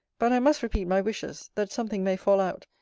but i must repeat my wishes, that something may fall out,